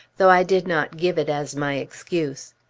though i did not give it as my excuse.